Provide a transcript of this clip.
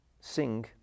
sing